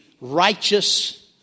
righteous